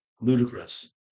ludicrous